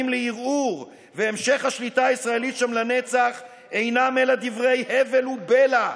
לערעור והמשך השליטה הישראלית שם לנצח אינם אלא דברי הבל ובלע,